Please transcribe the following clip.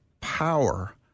power